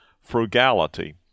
frugality